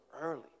early